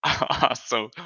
Awesome